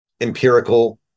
empirical